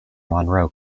monroe